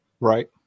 Right